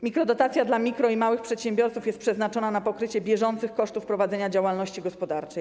Mikrodotacja dla mikro- i małych przedsiębiorców jest przeznaczona na pokrycie bieżących kosztów prowadzenia działalności gospodarczej.